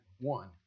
one